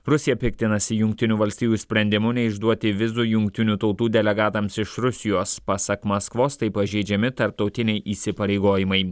rusija piktinasi jungtinių valstijų sprendimu neišduoti vizų jungtinių tautų delegatams iš rusijos pasak maskvos taip pažeidžiami tarptautiniai įsipareigojimai